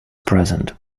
present